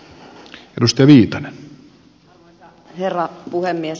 arvoisa herra puhemies